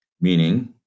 meaning